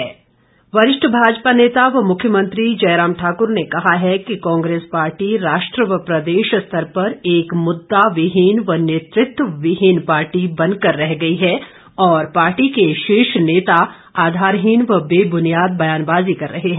मुख्यमंत्री वरिष्ठ भाजपा नेता व मुख्यमंत्री जयराम ठाक्र ने कहा है कि कांग्रेस पार्टी राष्ट्र व प्रदेश स्तर पर एक मुदाविहीन व नेतृत्वविहीन पार्टी बन कर रह गई है और पार्टी के शीर्ष नेता आधारहीन व बेबुनियाद बयानबाजी कर रहे हैं